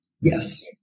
Yes